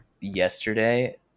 Yesterday